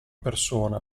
persona